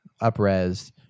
up-res